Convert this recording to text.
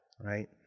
right